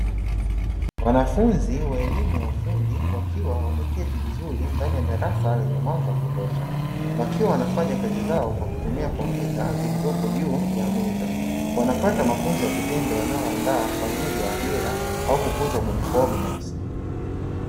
Wanafunzi wa elimu ya ufundi wakiwa wameketi vizuri ndani ya darasa lenye mwanga wa kutosha, wakiwa wanafanya kazi zao kwa kutumia kompyuta zilizo juu ya meza, wanapata mafunzo ya vitendo yanayowaandaa kwa ajiri ya ajira au kukuza ubunifu wao binafsi.